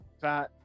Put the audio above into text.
fat